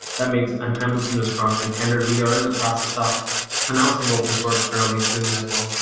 that makes um amundsen a strong contender. we are in the process of announcing open source fairly soon as well.